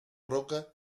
roca